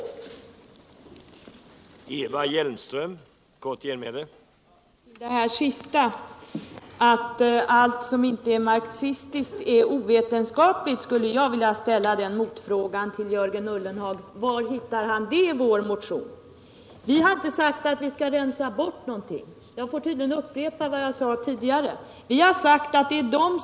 Anslag till högskola